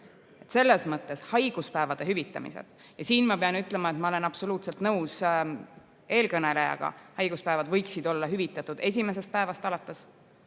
Selles mõttes haiguspäevade hüvitamisel – ja siin ma pean ütlema, et ma olen absoluutselt nõus eelkõnelejaga, et haiguspäevad võiksid olla hüvitatud esimesest päevast alates